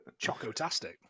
chocotastic